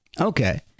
okay